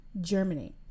Germany